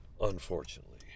unfortunately